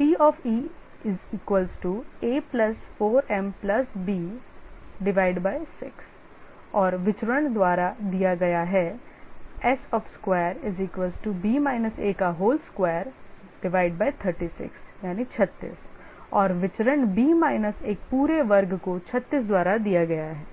tea4mb6 और विचरण द्वारा दिया गया है S2236 और विचरण b माइनस एक पूरे वर्ग को 36 द्वारा दिया गया है